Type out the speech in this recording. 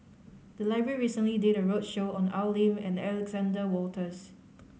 the library recently did a roadshow on Al Lim and Alexander Wolters